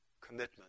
commitment